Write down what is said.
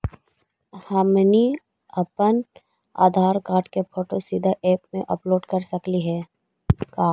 हमनी अप्पन आधार कार्ड के फोटो सीधे ऐप में अपलोड कर सकली हे का?